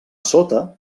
sota